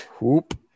Whoop